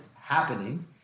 happening